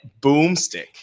Boomstick